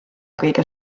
kõige